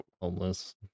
homeless